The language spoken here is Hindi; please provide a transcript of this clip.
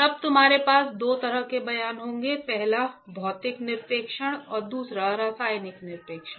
तब तुम्हारे पास दो तरह के बयान होते हैं पहला भौतिक निक्षेपण और दूसरा रासायनिक निक्षेपण